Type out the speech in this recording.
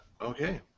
Okay